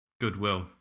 goodwill